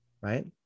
right